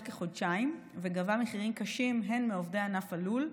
כחודשיים וגבה מחירים קשים הן מעובדי ענף הלול,